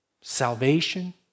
salvation